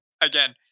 again